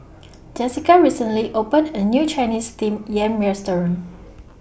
Jessika recently opened A New Chinese Steamed Yam Restaurant